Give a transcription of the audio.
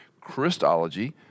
Christology